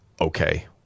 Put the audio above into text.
okay